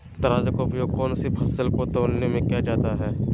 तराजू का उपयोग कौन सी फसल को तौलने में किया जाता है?